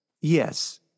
Yes